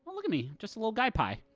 um look at me. just a little guy-pie.